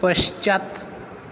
पश्चात्